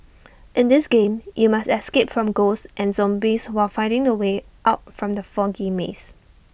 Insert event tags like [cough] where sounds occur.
[noise] in this game you must escape from ghosts and zombies while finding the way out from the foggy maze